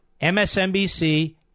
MSNBC